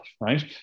right